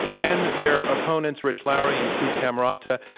and their opponents, rich lowry and steve camarota,